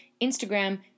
Instagram